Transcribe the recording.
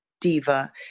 diva